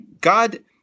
God